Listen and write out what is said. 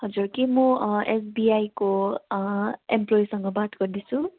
हजुर के म एसबीआईको एम्प्लोईसँग बात गर्दै छु